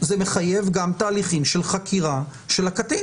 זה מחייב גם תהליכים של חקירה של הקטין